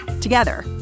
Together